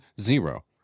zero